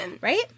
Right